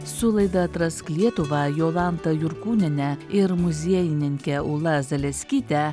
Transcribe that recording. su laida atrask lietuvą jolanta jurkūniene ir muziejininke ūla zaleskyte